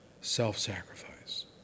self-sacrifice